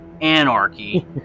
anarchy